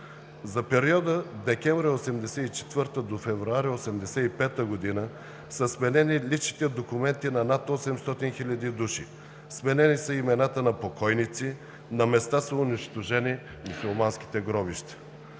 За периода месец декември 1984 г. до месец февруари 1985 г. са сменени личните документи на над 800 хиляди души. Сменени са имената на покойници, на места са унищожени мюсюлманските гробища.